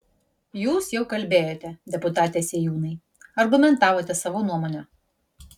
jūs jau kalbėjote deputate sėjūnai argumentavote savo nuomonę